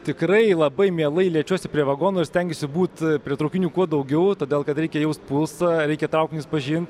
tikrai labai mielai liečiuosi prie vagonų ir stengiesi būt prie traukinių kuo daugiau todėl kad reikia jausti pulsą reikia traukinius pažin